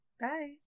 Bye